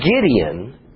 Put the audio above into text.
Gideon